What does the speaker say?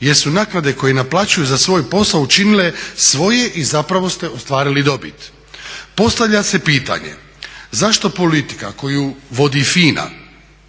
jer su naknade koje naplaćuju za svoj posao učinile svoje i zapravo ste ostvarili dobit. Postavlja se pitanje zašto politika koju vodi FINA